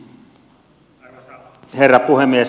arvoisa herra puhemies